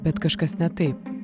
bet kažkas ne taip